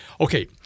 Okay